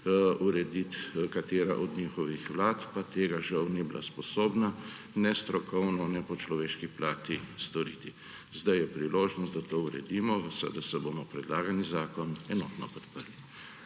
urediti katera od njihovih vlad, pa tega žal ni bila sposobna ne strokovno ne po človeški plati storiti. Sedaj je priložnost, da to uredimo. V SDS bomo predlagani zakon enotno podprli.